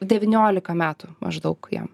devyniolika metų maždaug jam